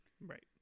Right